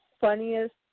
funniest